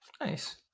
nice